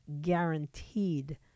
guaranteed